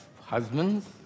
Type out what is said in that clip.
husbands